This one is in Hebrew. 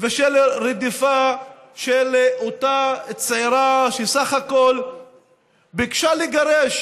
ושל רדיפה של אותה צעירה, שסך הכול ביקשה לגרש